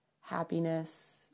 happiness